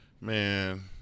man